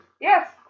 yes